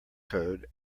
code